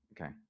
Okay